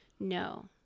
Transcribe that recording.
No